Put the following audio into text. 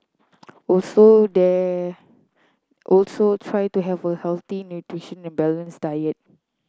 also the also try to have a healthy nutritious and balanced diet